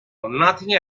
nothing